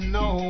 no